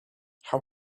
how